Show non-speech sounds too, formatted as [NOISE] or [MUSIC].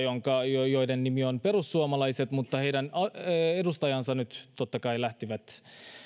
[UNINTELLIGIBLE] jonka nimi on perussuomalaiset mutta heidän edustajansa nyt totta kai lähtivät